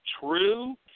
true